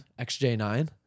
XJ9